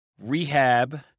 rehab